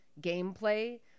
gameplay